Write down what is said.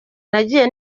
nagiye